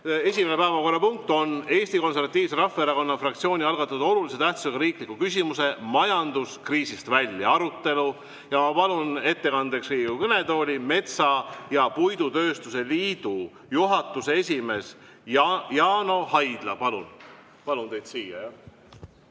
Esimene päevakorrapunkt on siis Eesti Konservatiivse Rahvaerakonna fraktsiooni algatatud olulise tähtsusega riikliku küsimuse "Majandus kriisist välja!" arutelu. Ma palun ettekandeks Riigikogu kõnetooli metsa‑ ja puidutööstuse liidu juhatuse esimehe Jaano Haidla. Palun teid siia,